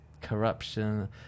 corruption